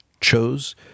chose